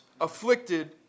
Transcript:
afflicted